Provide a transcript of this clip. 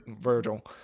Virgil